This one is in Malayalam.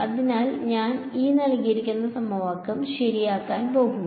അതിനാൽ ഞാൻ ശരിയാക്കാൻ പോകുന്നു